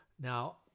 Now